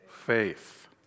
Faith